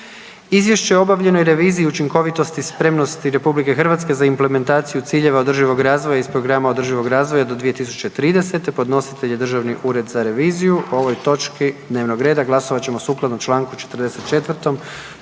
Izvješće o obavljenoj reviziji i učinkovitosti i spremnosti RH za implementaciju ciljeva održivog razvoja iz programa održivog razvoja do 2030. Podnositelj je Državni ured za reviziju. O ovoj točki dnevnog reda glasovat ćemo sukladno čl. 44.